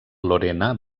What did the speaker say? lorena